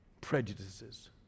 prejudices